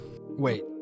Wait